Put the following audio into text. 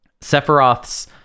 Sephiroth's